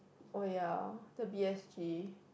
oh ya the B_S_G